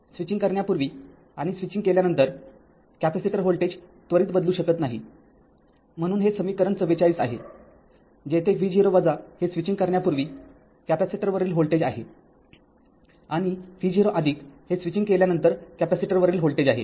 switching करण्यापूर्वी आणि switching केल्यानंतर कॅपेसिटर व्होल्टेज त्वरित बदलू शकत नाही म्हणून हे समीकरण ४४ आहेजेथे v0 हे स्विचिंग करण्यापूर्वी कॅपेसिटरवरील व्होल्टेज आहे आणि v0 हे स्विचिंग केल्यानंतर कॅपेसिटरवरील व्होल्टेज आहे